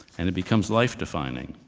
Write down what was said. and it becomes life-defining.